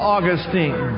Augustine